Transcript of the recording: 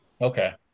Okay